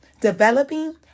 developing